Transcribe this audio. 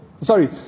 Sorry